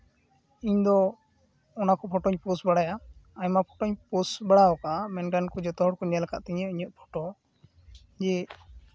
ᱤᱧᱫᱚ ᱚᱱᱟᱠᱚ ᱯᱷᱚᱴᱳᱧ ᱯᱳᱥᱴ ᱵᱟᱲᱟᱭᱟ ᱟᱭᱢᱟ ᱯᱷᱚᱴᱳᱧ ᱯᱳᱥᱴ ᱵᱟᱲᱟᱣ ᱠᱟᱜᱼᱟ ᱢᱮᱱᱠᱷᱟᱱ ᱡᱚᱛᱚ ᱦᱚᱲ ᱠᱚ ᱧᱮᱞ ᱠᱟᱜ ᱛᱤᱧᱟᱹ ᱤᱧᱟᱹᱜ ᱯᱷᱚᱴᱳ ᱡᱮ